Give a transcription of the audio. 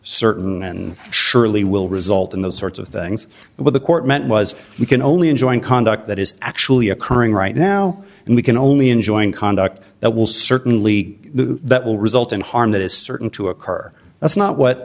certain surely will result in those sorts of things with the court meant was we can only enjoined conduct that is actually occurring right now and we can only enjoined conduct that will certainly that will result in harm that is certain to occur that's not what